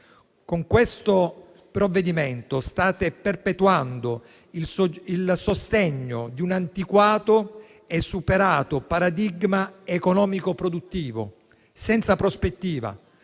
Con questo provvedimento state perpetuando il sostegno di un antiquato e superato paradigma economico-produttivo senza prospettiva,